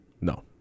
No